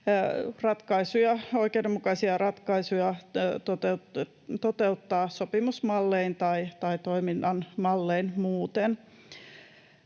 oikeudenmukaisia ratkaisuja sopimusmallein tai toiminnan mallein muuten.